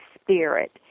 spirit